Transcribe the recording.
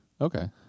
Okay